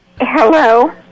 Hello